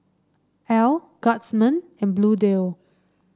Elle Guardsman and Bluedio